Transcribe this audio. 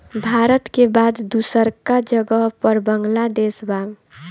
भारत के बाद दूसरका जगह पर बांग्लादेश बा